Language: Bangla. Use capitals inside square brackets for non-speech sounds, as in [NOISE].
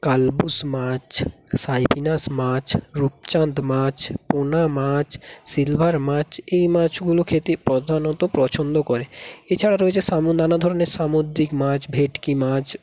কালিবাউশ মাছ সাইপ্রিনাস মাছ রূপচাঁদ মাছ পোনা মাছ সিলভার মাছ এই মাছগুলো খেতে প্রধানত পছন্দ করে এছাড়া রয়েছে [UNINTELLIGIBLE] নানা ধরনের সামুদ্রিক মাছ ভেটকি মাছ